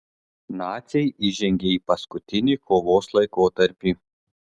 naciai įžengė į paskutinį kovos laikotarpį